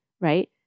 right